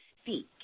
speak